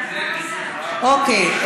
אוקיי.